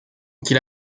qu’il